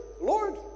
Lord